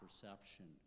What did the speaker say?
perception